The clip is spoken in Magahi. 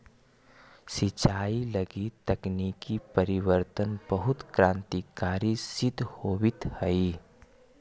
सिंचाई लगी तकनीकी परिवर्तन बहुत क्रान्तिकारी सिद्ध होवित हइ